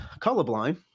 colorblind